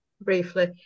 briefly